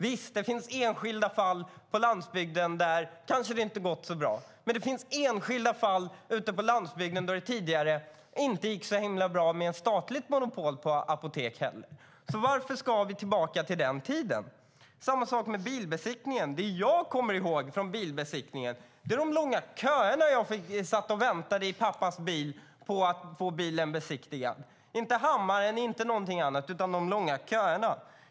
Visst, det finns enskilda fall på landsbygden där det kanske inte har gått så bra. Men det finns enskilda fall ute på landsbygden då det tidigare inte gick så bra med statligt monopol på apotek heller. Varför ska vi tillbaka till den tiden? Det är samma sak med bilbesiktningen. Det jag kommer ihåg från bilbesiktningen är de långa köerna där jag satt och väntade i pappas bil på att få bilen besiktigad. Jag kommer inte ihåg hammaren eller något annat utan de långa köerna.